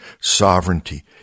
sovereignty